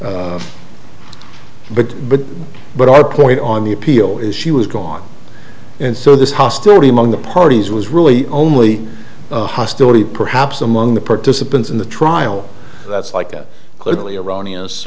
which but but but our point on the appeal is she was gone and so this hostility among the parties was really only hostility perhaps among the participants in the trial that's like that clearly erroneous